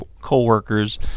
co-workers